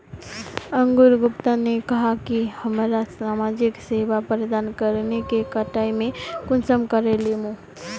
अंकूर गुप्ता ने कहाँ की हमरा समाजिक सेवा प्रदान करने के कटाई में कुंसम करे लेमु?